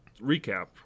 recap